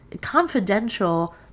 confidential